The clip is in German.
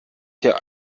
hier